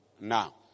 now